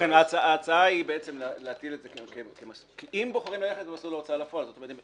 אם בוחרים ללכת במסלול ההוצאה לפועל זאת אומרת,